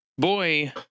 Boy